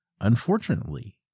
Unfortunately